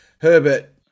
Herbert